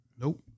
Nope